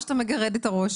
אני רואה שאתה מגרד את הראש.